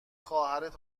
خواهرت